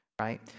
Right